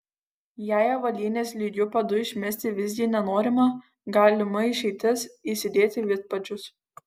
jei avalynės lygiu padu išmesti visgi nenorima galima išeitis įsidėti vidpadžius